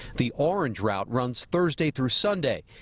the orange route runs thursday through sunday.